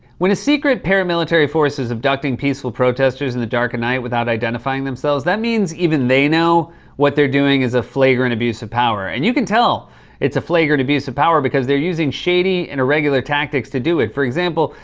when a secret paramilitary force is abducting peaceful protesters in the dark of night without identifying themselves, that means even they know what they're doing is a flagrant abuse of power. and you can tell it's a flagrant abuse of power because they're using shady and irregular tactics to do it. for example,